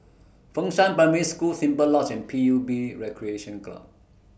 Fengshan Primary School Simply Lodge and P U B Recreation Club